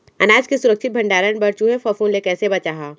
अनाज के सुरक्षित भण्डारण बर चूहे, फफूंद ले कैसे बचाहा?